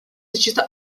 защита